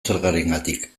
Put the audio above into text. zergarengatik